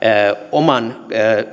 oman